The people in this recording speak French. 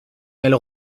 elle